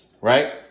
right